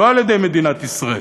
לא על-ידי מדינת ישראל,